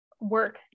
work